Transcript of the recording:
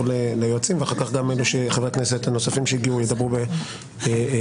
ליועצים ואחר כך גם חברי הכנסת הנוספים ידברו בהמשך,